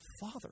father